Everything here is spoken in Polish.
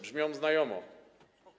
Brzmią znajomo.